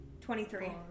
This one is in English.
23